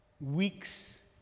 Weeks